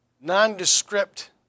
nondescript